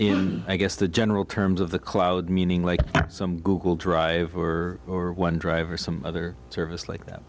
in i guess the general terms of the cloud meaning like some google drive or or one drive or some other service like that